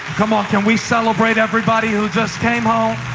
come on, can we celebrate everybody who just came home?